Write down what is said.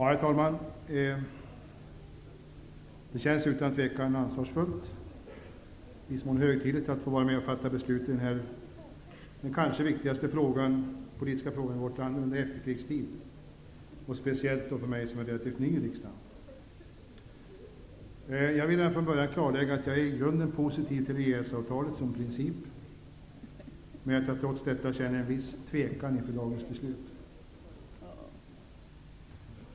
Herr talman! Det känns utan tvivel ansvarsfullt att få vara med om att fatta beslut i denna den kanske viktigaste politiska frågan i vårt land under efterkrigstiden -- speciellt för mig som är relativt ny i riksdagen. Jag vill redan från början klarlägga att jag är i grunden positiv till EES-avtalet som princip, men att jag trots detta känner en viss tvekan inför dagens beslut.